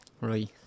Right